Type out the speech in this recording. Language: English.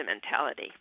mentality